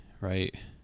right